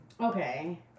Okay